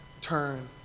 turn